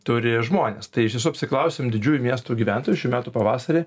turi žmonės tai iš tiesų apsiklausėm didžiųjų miestų gyventojus šių metų pavasarį